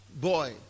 boy